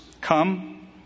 Come